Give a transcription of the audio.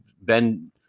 Ben